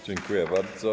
Dziękuję bardzo.